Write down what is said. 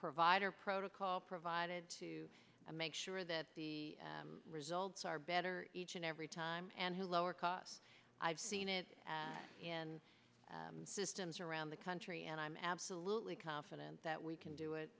provider protocol provided to make sure that the results are better each and every time and a lower cost i've seen it in systems around the country and i'm absolutely confident that we can do it